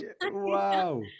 wow